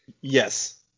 Yes